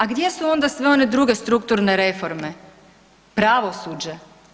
A gdje su onda sve druge strukturne reforme, pravosuđe.